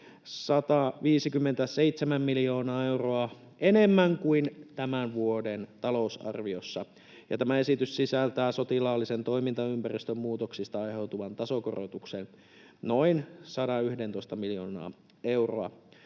157 miljoonaa euroa enemmän kuin tämän vuoden talousarviossa. Tämä esitys sisältää sotilaallisen toimintaympäristön muutoksista aiheutuvan tasokorotuksen, noin 111 miljoonaa euroa,